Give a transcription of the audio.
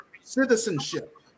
citizenship